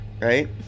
right